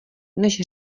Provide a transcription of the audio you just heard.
než